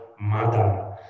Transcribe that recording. mother